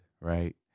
right